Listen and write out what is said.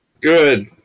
Good